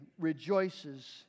rejoices